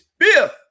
fifth